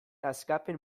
askapen